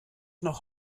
noch